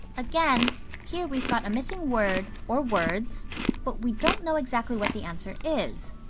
again here, we've got a missing word, or words but we don't know exactly what the answer is.